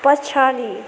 पछाडि